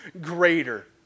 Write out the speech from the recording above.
greater